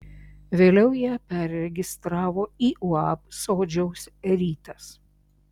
vėliau ją perregistravo į uab sodžiaus rytas